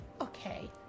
Okay